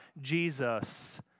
Jesus